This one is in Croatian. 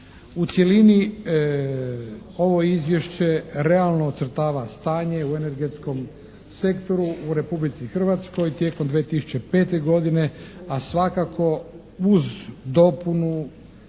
U cjelini ovo izvješće realno ocrtava stanje u energetskom sektoru u Republici Hrvatskoj tijekom 2005. godine a svakako uz dopunu